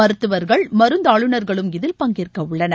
மருத்துவர்கள் மருந்தாளுநர்களும் இதில் பங்கேற்க உள்ளனர்